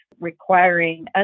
Requiring